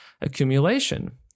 accumulation